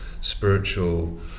spiritual